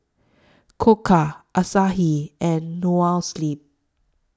Koka Asahi and Noa Sleep